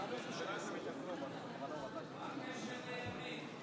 מה הקשר לימין?